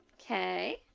Okay